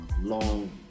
long